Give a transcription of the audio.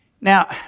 Now